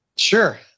Sure